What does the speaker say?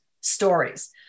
stories